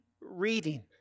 reading